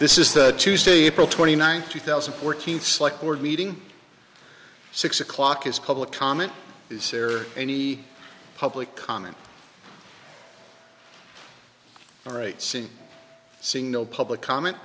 this is the tuesday april twenty ninth two thousand fourteenth slike board meeting six o'clock is public comment is there any public comment all right since seeing no public comment